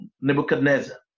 Nebuchadnezzar